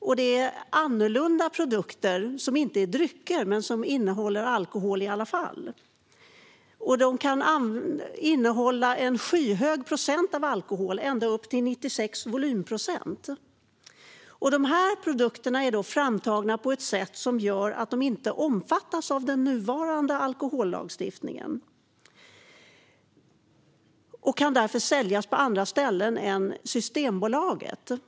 Det rör sig om annorlunda produkter som inte är drycker men innehåller alkohol i alla fall. De kan ha en skyhög alkoholhalt - ända upp till 96 volymprocent. Dessa produkter är framtagna på ett sätt som gör att de inte omfattas av den nuvarande alkohollagstiftningen, och de kan därför säljas på andra ställen än Systembolaget.